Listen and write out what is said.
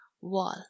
wall